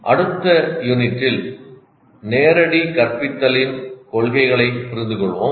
அடுத்த யூனிட்டில் நேரடி கற்பித்தலின் கொள்கைகளைப் புரிந்துகொள்வோம்